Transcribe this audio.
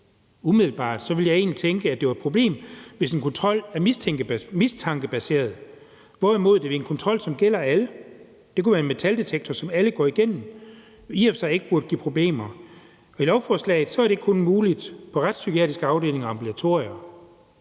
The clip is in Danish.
Umiddelbart vil jeg egentlig tænke, at det var et problem, hvis en kontrol var mistankebaseret, hvorimod det ved en kontrol, som gælder alle – det kunne være en metaldetektor, som alle går igennem – i og for sig ikke burde give problemer. Med lovforslaget er det kun muligt på retspsykiatriske afdelinger og ambulatorier.